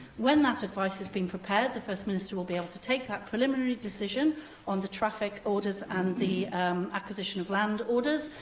when that advice has been prepared, the first minister will be able to take that preliminary decision on the traffic orders and the acquisition of land orders,